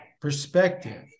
perspective